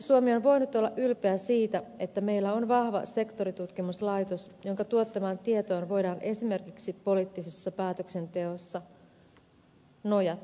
suomi on voinut olla ylpeä siitä että meillä on vahva sektoritutkimuslaitos jonka tuottamaan tietoon voidaan esimerkiksi poliittisessa päätöksenteossa nojata